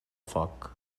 foc